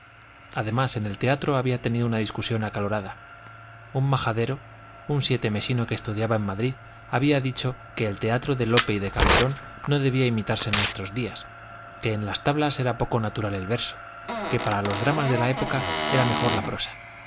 además en el teatro había tenido una discusión acalorada un majadero un sietemesino que estudiaba en madrid había dicho que el teatro de lope y de calderón no debía imitarse en nuestros días que en las tablas era poco natural el verso que para los dramas de la época era mejor la prosa